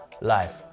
life